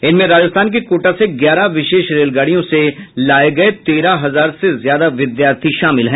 इनमें राजस्थान के कोटा से ग्यारह विशेष रेलगाडियों से लाये गये तेरह हजार से ज्यादा विद्यार्थी शामिल हैं